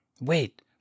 Wait